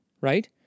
right